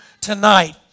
tonight